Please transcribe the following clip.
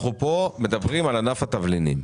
אנחנו מדברים פה על ענף התבלינים.